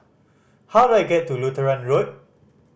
how do I get to Lutheran Road